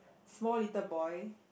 small little boy